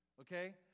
okay